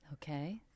Okay